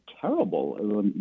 terrible